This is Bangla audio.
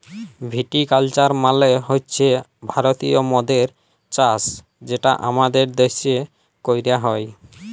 ভিটি কালচার মালে হছে ভারতীয় মদের চাষ যেটা আমাদের দ্যাশে ক্যরা হ্যয়